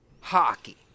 hockey